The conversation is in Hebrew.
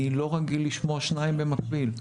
אני לא רגיל לשמוע שניים במקביל,